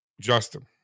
justin